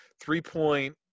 three-point